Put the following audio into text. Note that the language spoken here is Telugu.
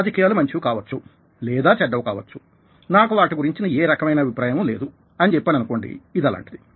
రాజకీయాలు మంచివి కావచ్చు లేదా చెడ్డవి కావచ్చు నాకు వాటి గురించి ఏ రకమైన అభిప్రాయము లేదు అని చెప్పాను అనుకోండి ఇది అలాంటిది